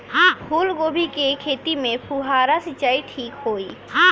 फूल गोभी के खेती में फुहारा सिंचाई ठीक होई?